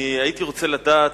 אני הייתי רוצה לדעת,